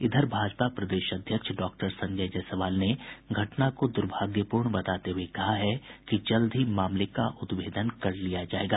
इधर भाजपा प्रदेश अध्यक्ष डॉक्टर संजय जायसवाल ने घटना को द्र्भाग्यपूर्ण बताते हुए कहा है कि जल्द ही मामले का उद्भेदन कर लिया जायेगा